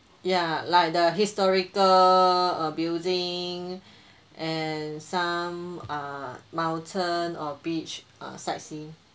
ya like the historical err building and some err mountain or beach err sightseeing